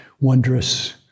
wondrous